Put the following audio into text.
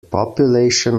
population